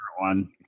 one